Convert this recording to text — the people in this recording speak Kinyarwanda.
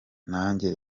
nanjye